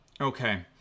Okay